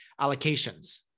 allocations